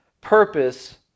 purpose